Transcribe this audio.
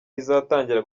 izatangira